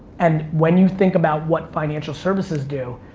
and when you think about what financial services do,